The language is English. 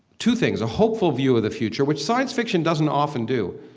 two things a hopeful view of the future, which science fiction doesn't often do,